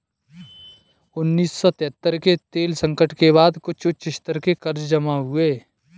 उन्नीस सौ तिहत्तर के तेल संकट के बाद कुछ उच्च स्तर के कर्ज जमा हुए